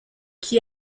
qui